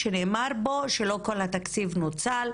שנאמר שלא כל התקציב נוצל.